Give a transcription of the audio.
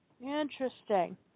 Interesting